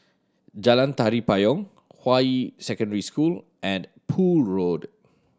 Jalan Tari Payong Hua Yi Secondary School and Poole Road